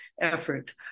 effort